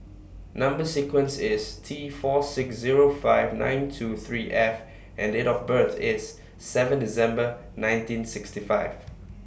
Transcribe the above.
Number sequence IS T four six Zero five nine two three F and Date of birth IS seven December nineteen sixty five